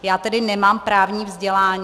Já tedy nemám právní vzdělání.